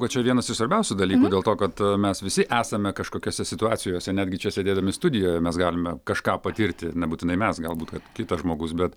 bet čia vienas iš svarbiausių dalykų dėl to kad mes visi esame kažkokiose situacijose netgi čia sėdėdami studijoje mes galime kažką patirti nebūtinai mes galbūt kad kitas žmogus bet